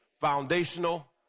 Foundational